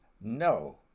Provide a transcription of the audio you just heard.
no